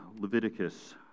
Leviticus